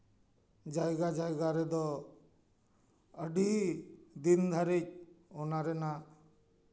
ᱡᱟᱭᱜᱟ ᱡᱟᱭᱜᱟ ᱨᱮᱫᱚ ᱟᱹᱰᱤ ᱫᱤᱱ ᱫᱷᱟᱹᱨᱤᱡ ᱚᱱᱟ ᱨᱮᱱᱟᱜ